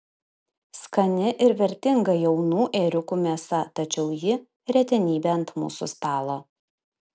skani ir vertinga jaunų ėriukų mėsa tačiau ji retenybė ant mūsų stalo